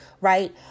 right